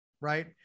right